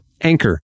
Anchor